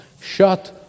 shut